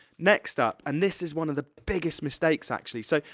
next up, and this is one of the biggest mistakes, actually. so,